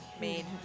made